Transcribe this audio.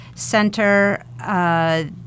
Center